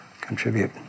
contribute